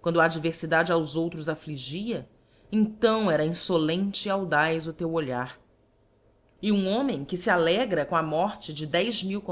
quando a adverfidade aos outros affligia então era info lente e audaz o teu olhar e um homem que fe alegra com a morte de dez